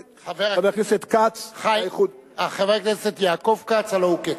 חבר הכנסת יעקב כץ, הלוא הוא כצל'ה.